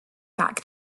back